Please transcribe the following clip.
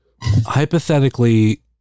hypothetically